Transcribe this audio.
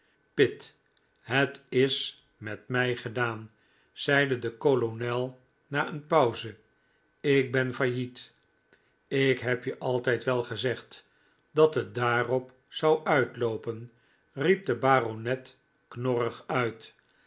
pitt het is met mij gedaan zeide de kolonel na een pauze ik ben failliet ik heb je altijd wel gezegd dat het daarop zou uitloopen riep de baronet knorrig uit